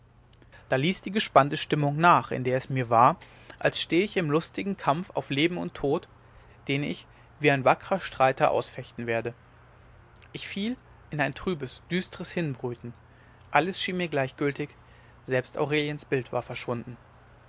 da ließ die gespannte stimmung nach in der es mir war als stehe ich im lustigen kampf auf leben und tod den ich wie ein wackrer streiter ausfechten werde ich fiel in ein trübes düstres hinbrüten alles schien mir gleichgültig selbst aureliens bild war verschwunden